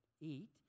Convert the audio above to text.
eat